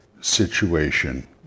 situation